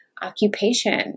occupation